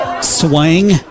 Swing